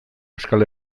euskal